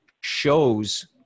shows